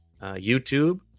YouTube